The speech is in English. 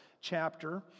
chapter